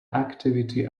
activity